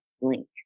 link